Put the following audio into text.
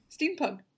Steampunk